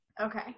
Okay